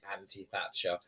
anti-thatcher